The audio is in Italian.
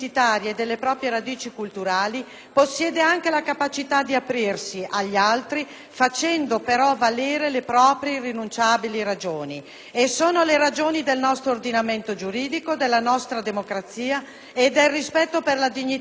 possiede anche la capacità di aprirsi agli altri facendo però valere le proprie irrinunciabili ragioni. E sono le ragioni del nostro ordinamento giuridico, della nostra democrazia e del rispetto per la dignità e la libertà di ogni singola persona.